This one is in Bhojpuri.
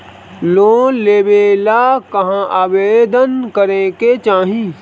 लोन लेवे ला कहाँ आवेदन करे के चाही?